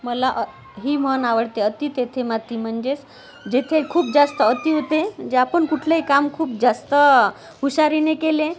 मला ही म्हण आवडते अति तेथे माती म्हणजेच जेथे खूप जास्त अति होते जे आपण कुठलेही काम खूप जास्त हुशारीने केले